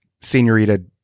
Senorita